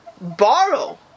borrow